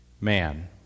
man